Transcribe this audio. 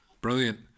Brilliant